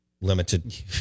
limited